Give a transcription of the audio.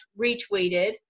retweeted